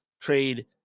trade